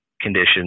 conditions